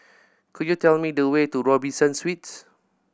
could you tell me the way to Robinson Suites